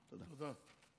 תודה.